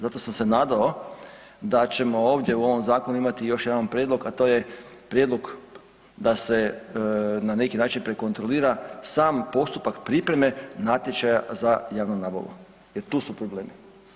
Zato sam se nadao da ćemo ovdje u ovom zakonu imati još jedan prijedlog, a to je prijedlog da se na neki način prekontrolira sam postupak pripreme natječaja za javnu nabavu jer tu su problemi.